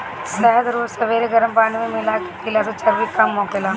शहद रोज सबेरे गरम पानी में मिला के पियला से चर्बी कम होखेला